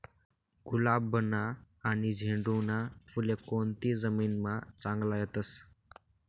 गुलाबना आनी झेंडूना फुले कोनती जमीनमा चांगला येतस?